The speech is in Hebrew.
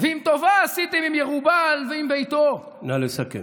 ואם טובה עשיתם עם ירבעל ועם ביתו, " נא לסכם.